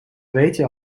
weetje